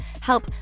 help